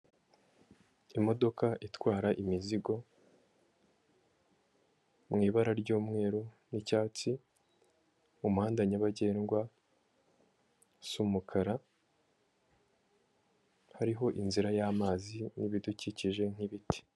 Imodoka itwara imizigo mu ibara ry'umweru n'icyatsi, mu muhanda nyabagendwa usa umukara, hariho inzira y'amazi n'ibidukikije nk'ibiti.